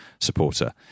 supporter